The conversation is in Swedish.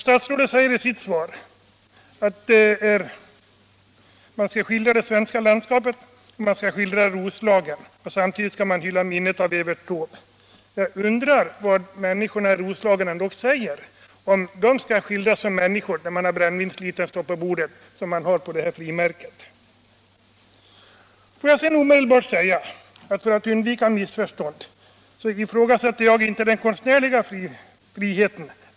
Statsrådet säger i sitt svar att man skall skildra det svenska landskapet och att man skall skildra Roslagen. Samtidigt skall man hylla minnet av Evert Taube. Jag undrar vad människorna i Roslagen säger om att skildras som personer med brännvinslitern stående på bordet, så som sker på det här frimärket. Låt mig omedelbart säga, för att undvika missförstånd, att jag inte ifrågasätter den konstnärliga friheten.